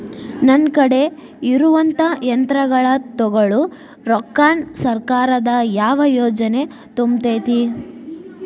ನನ್ ಕಡೆ ಇರುವಂಥಾ ಯಂತ್ರಗಳ ತೊಗೊಳು ರೊಕ್ಕಾನ್ ಸರ್ಕಾರದ ಯಾವ ಯೋಜನೆ ತುಂಬತೈತಿ?